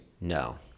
no